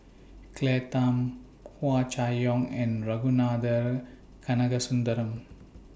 Claire Tham Hua Chai Yong and Ragunathar Kanagasuntheram